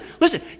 listen